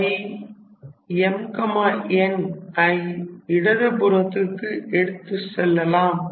Im n ஐ இடது புறத்திற்கு எடுத்துச் செல்லலாம்